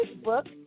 Facebook